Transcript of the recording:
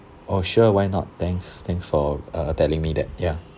oh sure why not thanks thanks for uh telling me that ya